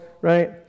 right